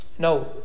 No